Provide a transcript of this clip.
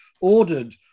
ordered